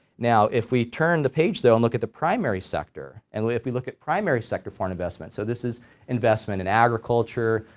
now if we turn the page though and look at the primary sector and if we look at primary sector foreign investment, so this is investment in agriculture,